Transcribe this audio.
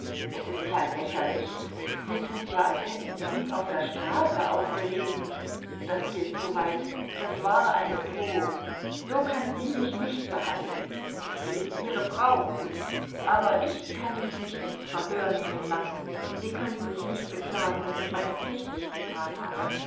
es ist ja lächerlich sie tut ja als hätte sie uns auf der straße aufgelesen das geht zuweit das war eine drohung so kann sie mich nicht behandeln sie ist ihre frau gut aber ich kann mich nicht ins verhör nehmen lassen sie können sich nicht beklagen daß ich meine pflicht nicht getan habe